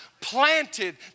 Planted